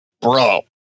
bro